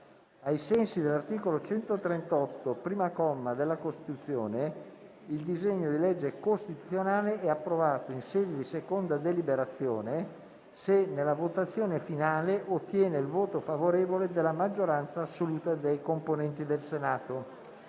ai sensi dell'articolo 138, primo comma, della Costituzione, il disegno di legge costituzionale sarà approvato, in sede di seconda deliberazione, se nella votazione finale otterrà il voto favorevole della maggioranza assoluta dei componenti del Senato.